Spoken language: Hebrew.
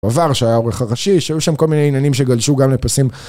עבר שהיה עורך הראשי, שהיו שם כל מיני עניינים שגלשו גם לפסים.